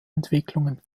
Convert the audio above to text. entwicklungen